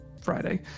Friday